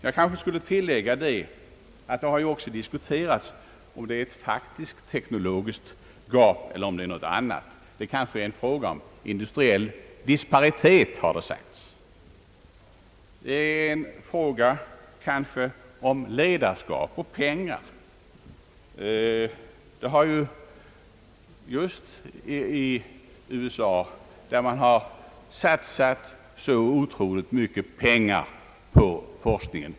Jag kanske skulle tillägga att det också har diskuterats om det är fråga om ett faktiskt teknologiskt gap eller om någonting annat. Det har anförts att det kanske är fråga om en industriell disparitet, ett spörsmål som gäller bristande jämvikt i fråga om ledarskap och pengar. I USA har man i god tid satsat oerhört mycket pengar på forskningen.